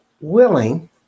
willing